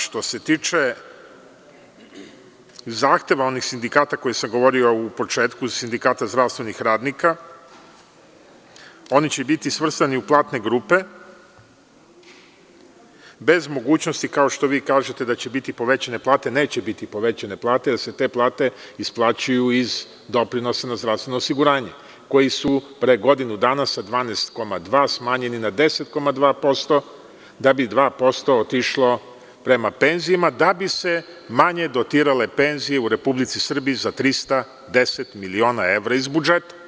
Što se tiče zahteva onih sindikata o kojima sam govorio u početku, Sindikata zdravstvenih radnika, oni će biti svrstani u platne grupe bez mogućnosti, kao što vi kažete, da će biti povećane plate, neće biti povećane plate, jer se te plate isplaćuju iz doprinosa na zdravstveno osiguranje, koji su pre godinu dana sa 12,2 smanjeni na 10,2% da bi 2% otišlo prema penzijama, da bi se manje dotirale penzije u Republici Srbiji za 310 miliona evra iz budžeta.